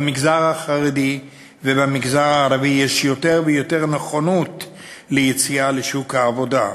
במגזר החרדי ובמגזר הערבי יש יותר ויותר נכונות ליציאה לשוק העבודה.